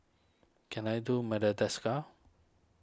can I do Madagascar